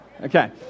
Okay